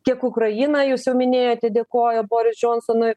tiek ukraina jūs jau minėjote dėkojo boris džionsonui